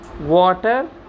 water